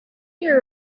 year